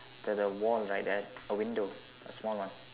the the wall right there's a window a small one